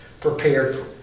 prepared